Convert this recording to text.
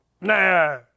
Nah